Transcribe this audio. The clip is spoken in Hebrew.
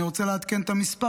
אני רוצה לעדכן את המספר.